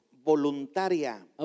Voluntaria